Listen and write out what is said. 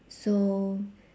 so